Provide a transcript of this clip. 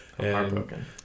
Heartbroken